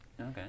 Okay